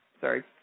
Sorry